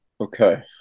Okay